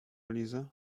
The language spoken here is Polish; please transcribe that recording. liza